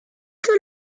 que